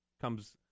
comes